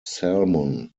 salmon